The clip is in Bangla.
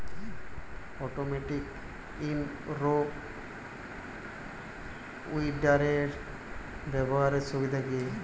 অটোমেটিক ইন রো উইডারের ব্যবহারের সুবিধা কি?